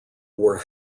were